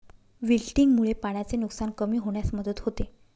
विल्टिंगमुळे पाण्याचे नुकसान कमी होण्यास मदत होते